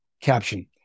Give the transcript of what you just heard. caption